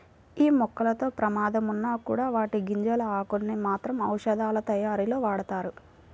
యీ మొక్కలతో ప్రమాదం ఉన్నా కూడా వాటి గింజలు, ఆకులను మాత్రం ఔషధాలతయారీలో వాడతారు